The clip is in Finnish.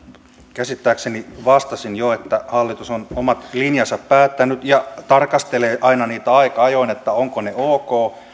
käsittääkseni vastasin jo että hallitus on omat linjansa päättänyt ja tarkastelee aina niitä aika ajoin ovatko ne ok